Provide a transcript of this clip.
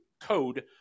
code